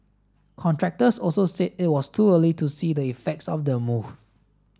contractors also said it was too early to see the effects of the move